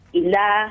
ila